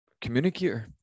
communicator